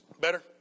Better